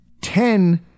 Ten